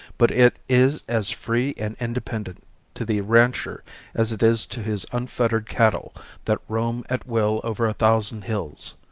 but it is as free and independent to the rancher as it is to his unfettered cattle that roam at will over a thousand hills.